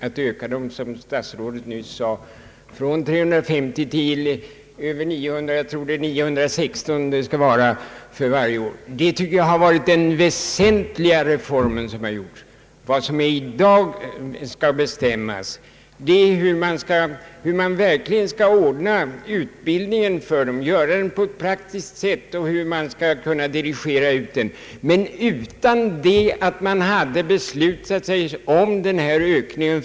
Att öka antalet intagningar från 350 till 916 varje år anser jag har varit den väsentliga reformen. Vad som skall bestämmas i dag är hur utbildningen för dessa skall ordnas på ett praktiskt sätt. Om man inte förut hade beslutat en ökning av antalet intagna studerande, hade dagens beslut inte varit möjligt att genomföra.